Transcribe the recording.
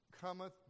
cometh